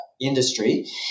industry